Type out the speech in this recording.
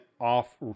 off